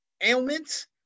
ailments